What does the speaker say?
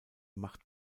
macht